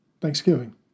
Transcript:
thanksgiving